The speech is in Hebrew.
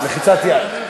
לחיצת יד.